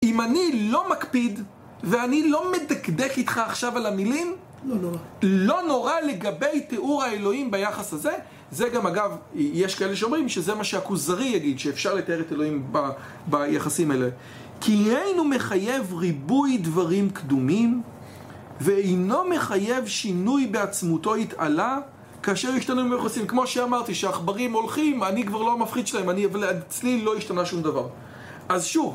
אם אני לא מקפיד ואני לא מדקדק איתך עכשיו על המילים לא נורא לגבי תיאור האלוהים ביחס הזה זה גם אגב, יש כאלה שאומרים שזה מה שהכוזרי יגיד שאפשר לתאר את אלוהים ביחסים האלה כי אינו מחייב ריבוי דברים קדומים ואינו מחייב שינוי בעצמותו התעלה כאשר ישתנו עם יחסים, כמו שאמרתי שהעכברים הולכים, אני כבר לא מפחיד שלהם אצלי לא השתנה שום דבר אז שוב